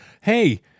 Hey